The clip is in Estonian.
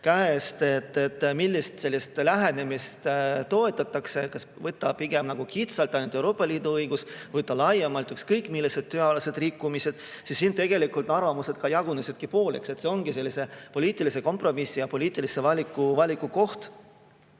käest, millist lähenemist toetatakse, kas võtta pigem üle kitsalt ainult Euroopa Liidu õigus või võtta laiemalt ükskõik millised tööalased rikkumised, siis tegelikult arvamused jagunesid pooleks. See ongi nüüd poliitilise kompromissi ja poliitilise valiku koht.